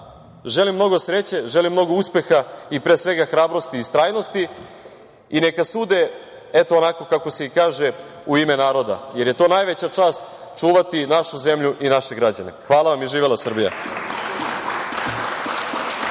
želim mnogo sreće, želim mnogo uspeha i pre svega hrabrosti i istrajnosti i neka sude, eto, onako kako se i kaže - u ime naroda, jer je to najveća čast čuvati našu zemlju i naše građane. Hvala vam i živela Srbija.